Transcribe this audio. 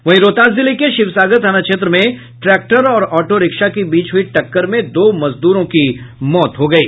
वहीं रोहतास जिले के शिवसागर थाना क्षेत्र में ट्रैक्टर और ऑटो रिक्शा के बीच हुयी टक्कर में दो मजदूरों की मौत हो गयी